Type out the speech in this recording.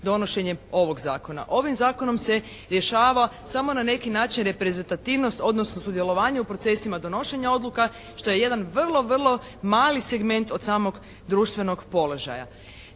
donošenjem ovog zakona. Ovim zakonom se rješava samo na neki način reprezentativnost odnosno sudjelovanje u procesima donošenja odluka što je jedan vrlo, vrlo mali segment od samog društvenog položaja.